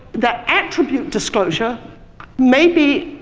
the attribute disclosure may be,